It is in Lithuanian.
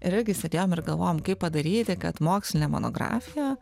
ir irgi sėdėjom ir galvojom kaip padaryti kad mokslinė monografija